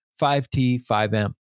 5T5M